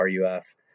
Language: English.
RUF